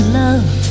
love